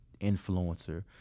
influencer